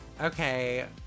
Okay